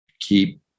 keep